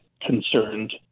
concerned